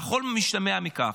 והכול משתמע מכך.